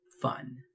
fun